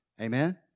Amen